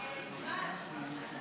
(קורא בשמות חברי הכנסת)